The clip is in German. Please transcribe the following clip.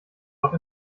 noch